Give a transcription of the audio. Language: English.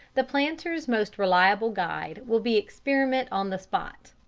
the planter's most reliable guide will be experiment on the spot.